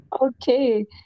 Okay